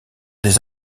des